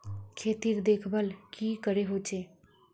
खेतीर देखभल की करे होचे?